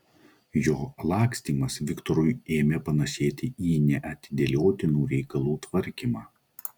jo lakstymas viktorui ėmė panašėti į neatidėliotinų reikalų tvarkymą